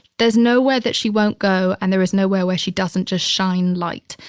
there is nowhere that she won't go and there is nowhere where she doesn't just shine light.